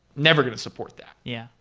never going to support that. yeah.